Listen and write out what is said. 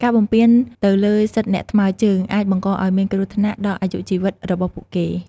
ការបំពានទៅលើសិទ្ធិអ្នកថ្មើរជើងអាចបង្កឱ្យមានគ្រោះថ្នាក់ដល់អាយុជីវិតរបស់ពួកគេ។